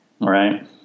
right